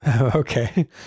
okay